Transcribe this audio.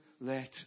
let